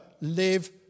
live